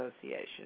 association